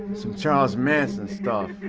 some charles manson stuff.